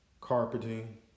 carpeting